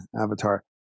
Avatar